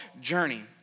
journey